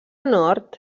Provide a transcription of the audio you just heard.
nord